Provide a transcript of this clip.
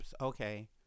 okay